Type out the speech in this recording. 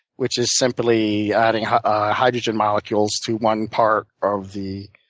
which is simply adding hydrogen molecules to one part of the